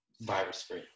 virus-free